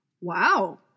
Wow